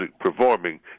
performing